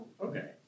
Okay